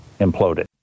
imploded